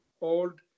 old